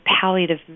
palliative